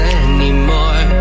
anymore